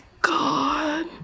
God